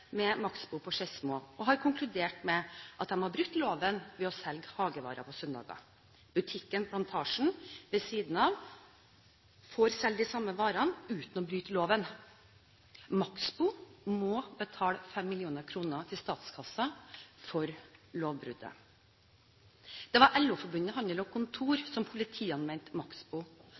på Skedsmo og har konkludert med at de har brutt loven ved å selge hagevarer på søndager. Butikken Plantasjen ved siden av får selge de samme varene uten å bryte loven. Maxbo må betale 5 mill. kr til statskassen for lovbruddet. Det var LO-forbundet Handel og Kontor som